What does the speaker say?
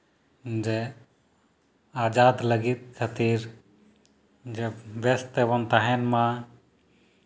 ᱡᱮ ᱟᱡᱟᱫᱽ ᱞᱟᱹᱜᱤᱫ ᱠᱷᱟᱹᱛᱤᱨ ᱵᱮᱥ ᱛᱮᱵᱚᱱ ᱛᱟᱦᱮᱱ ᱢᱟ